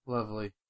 Lovely